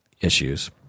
issues